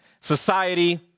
society